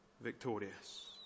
victorious